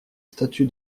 statue